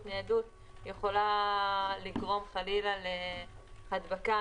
בניידות יכולה לגרום חלילה להדבקה,